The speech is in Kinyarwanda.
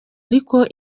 ariko